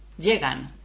Llegan